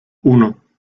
uno